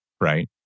right